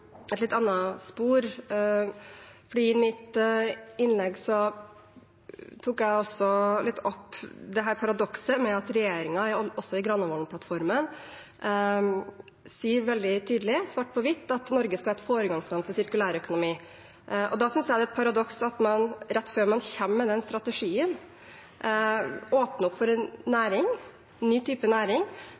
Et litt annet spor, for i mitt innlegg tok jeg også opp at regjeringen også i Granavolden-plattformen sier veldig tydelig, svart på hvitt, at Norge skal være et foregangsland for sirkulærøkonomi. Da synes jeg det er et paradoks at man rett før man kommer med den strategien, åpner opp for en ny type næring